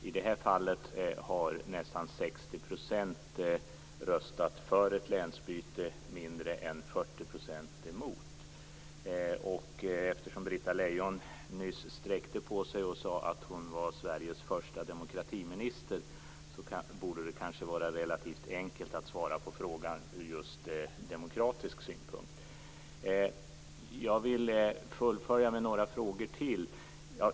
I det här fallet har nästan Eftersom Britta Lejon nyss sträckte på sig och sade att hon var Sveriges första demokratiminister, borde det för henne kanske vara relativt enkelt att svara på frågan just ur demokratisk synpunkt. Jag vill fullfölja med några frågor till.